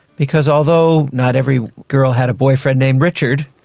because although not every girl had a boyfriend named richard,